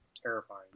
terrifying